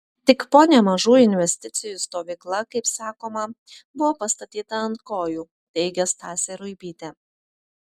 tik po nemažų investicijų stovykla kaip sakoma buvo pastatyta ant kojų teigė stasė ruibytė